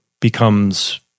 becomes